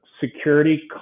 security